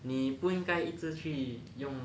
你不应该一直去用